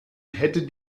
hätte